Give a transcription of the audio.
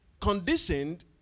conditioned